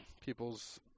people's